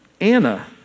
Anna